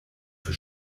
für